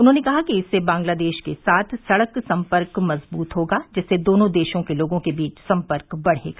उन्होंने कहा कि इससे बांग्लादेश के साथ सडक सम्पर्क मजबूत होगा जिससे दोनों देशों के लोगों के बीच सम्पर्क बढ़ेगा